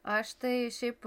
aš tai šiaip